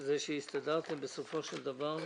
כך שבסופו של דבר הסתדרתם.